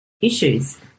issues